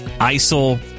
ISIL